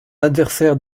adversaire